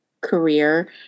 career –